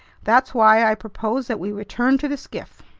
that's why i propose that we return to the skiff.